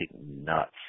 nuts